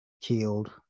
killed